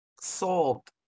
solved